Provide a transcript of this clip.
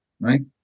Right